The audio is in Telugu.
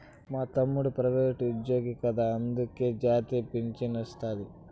మా తమ్ముడు ప్రైవేటుజ్జోగి కదా అందులకే జాతీయ పింఛనొస్తాది